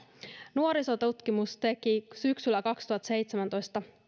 nuorisotutkimus teki syksyllä kaksituhattaseitsemäntoista